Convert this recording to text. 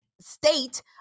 state